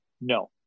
no